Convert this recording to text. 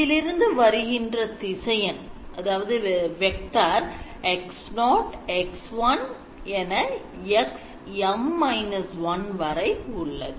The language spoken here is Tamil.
இதிலிருந்து வருகின்ற திசையன் X0 X1 X M−1 என உள்ளது